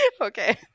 Okay